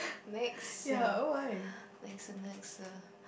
next next next